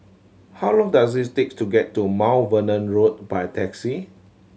how long does it take to get to Mount Vernon Road by taxi